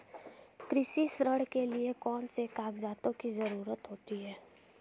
कृषि ऋण के लिऐ कौन से कागजातों की जरूरत होती है?